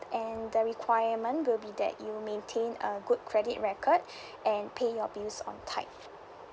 and the requirement will be that you maintain a good credit record and pay your bills on time